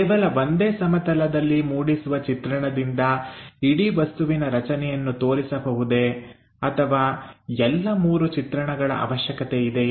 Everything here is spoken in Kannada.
ಕೇವಲ ಒಂದೇ ಸಮತಲದಲ್ಲಿ ಮೂಡಿಸುವ ಚಿತ್ರಣದಿಂದ ಇಡೀ ವಸ್ತುವಿನ ರಚನೆಯನ್ನು ತೋರಿಸಬಹುದೇ ಅಥವಾ ಎಲ್ಲ ಮೂರು ಚಿತ್ರಣಗಳ ಅವಶ್ಯಕತೆ ಇದೆಯೇ